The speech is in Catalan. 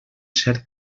cert